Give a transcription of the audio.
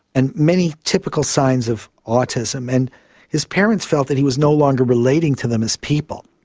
and many typical signs of autism. and his parents felt that he was no longer relating to them as people.